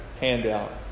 handout